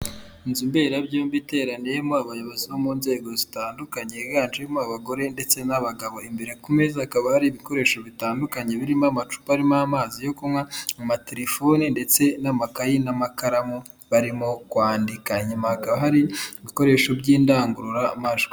Inzu mberabyombi iteraniyemo abayobozi bo mu nzego zitandukanye, biganjemo abagore ndetse n'abagabo, imbere ku meza hakaba hari ibikoresho bitandukanye: birimo amacupa arimo amazi yo kunywa, amaterefoni ndetse n'amakayi n'amakaramu barimo kwandika. Inyuma hakaba hari ibikoresho by'indangururamajwi.